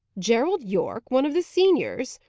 gerald yorke! one of the seniors!